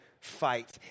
fight